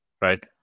right